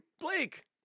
Blake